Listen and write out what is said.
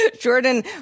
jordan